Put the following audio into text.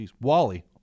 Wally